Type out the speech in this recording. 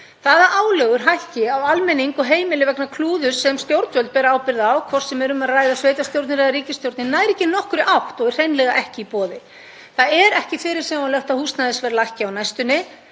Það að álögur hækki á almenning og heimili vegna klúðurs sem stjórnvöld bera ábyrgð á, hvort sem um er að ræða sveitarstjórnir eða ríkisstjórnina, nær ekki nokkurri átt og er hreinlega ekki í boði. Það er ekki fyrirsjáanlegt að húsnæðisverð lækki á næstunni.